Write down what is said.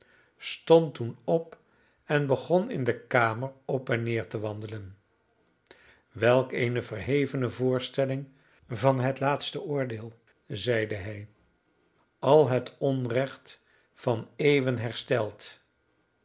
toen op en begon in de kamer op en neer te wandelen welk eene verhevene voorstelling van het laatste oordeel zeide hij al het onrecht van eeuwen hersteld